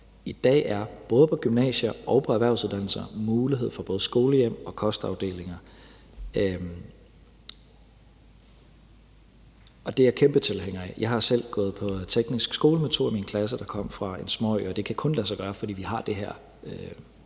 mulighed, både på gymnasier og på erhvervsuddannelser, for både skolehjem og kostafdelinger, og det er jeg kæmpe tilhænger af. Jeg har jo selv gået på teknisk skole med to i min klasse, der kom fra en småø, og det kan kun lade sig gøre, fordi vi har det her